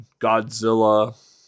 godzilla